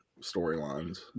storylines